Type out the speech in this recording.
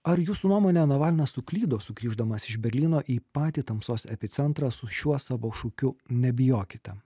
ar jūsų nuomone navalnas suklydo sugrįždamas iš berlyno į patį tamsos epicentrą su šiuo savo šūkiu nebijokite